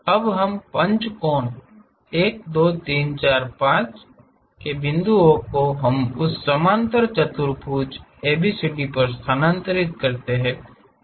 तो पंचकोण 1 2 3 4 और 5 के बिंदुओं को हमें उस समांतर चतुर्भुज ABCD पर स्थानांतरित करना होगा